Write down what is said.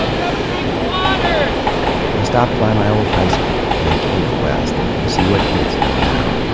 go grab a drink of water. i stopped by my old high school, mankato west to see what kids know now.